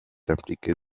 impliquée